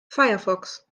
firefox